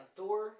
Thor